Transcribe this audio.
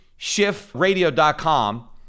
shiftradio.com